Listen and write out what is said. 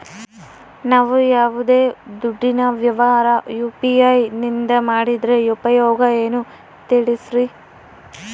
ನಾವು ಯಾವ್ದೇ ದುಡ್ಡಿನ ವ್ಯವಹಾರ ಯು.ಪಿ.ಐ ನಿಂದ ಮಾಡಿದ್ರೆ ಉಪಯೋಗ ಏನು ತಿಳಿಸ್ರಿ?